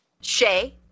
Shay